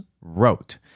wrote